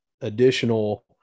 additional